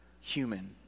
human